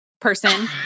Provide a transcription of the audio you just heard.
person